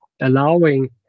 allowing